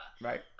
Right